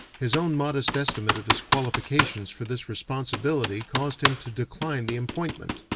his own modest estimate of his qualifications for this responsibility caused him to decline the appointment.